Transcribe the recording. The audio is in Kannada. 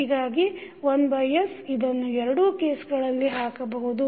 ಹೀಗಾಗಿ 1s ಇದನ್ನು ಎರಡೂ ಕೇಸ್ಗಳಲ್ಲಿ ಹಾಕಬಹುದು